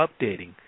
updating